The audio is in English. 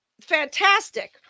Fantastic